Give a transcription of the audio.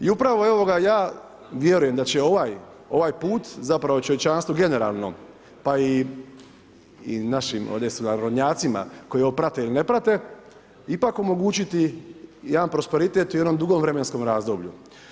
I upravo evo ga, ja vjerujem da će ovaj put, zapravo čovječanstvo generalno pa i našim ovdje sunarodnjacima koji ovo prate ili ne prate ipak omogućiti jedan prosperitet u jednom dugom vremenskom razdoblju.